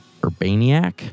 Urbaniac